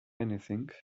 anything